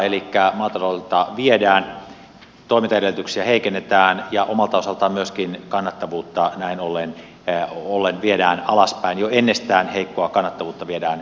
elikkä maataloudelta viedään toimintaedellytyksiä heikennetään ja omalta osaltaan myöskin kannattavuutta näin ollen viedään alaspäin jo ennestään heikkoa kannattavuutta viedään alaspäin